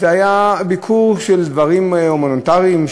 שזה היה ביקור של דברים הומניטריים,